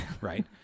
right